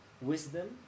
wisdom